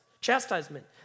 chastisement